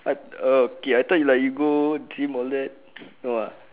what oh okay I thought you like you go gym all that no ah